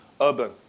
urban